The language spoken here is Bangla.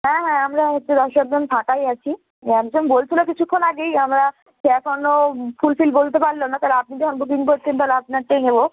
হ্যাঁ হ্যাঁ আমরা হচ্ছে দশই অগ্রহায়ণ ফাঁকাই আছি একজন বলছিল কিছুক্ষণ আগেই আমরা সে এখনও ফুলফিল বলতে পারল না তাহলে আপনি যখন বুকিং করছেন তাহলে আপনারটাই নেব